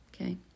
okay